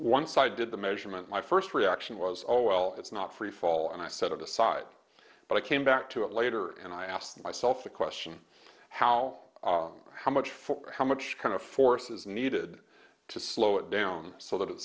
one side did the measurement my first reaction was oh well it's not freefall and i set it aside but i came back to it later and i asked myself the question how long how much for how much kind of force is needed to slow it down so that it